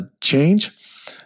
change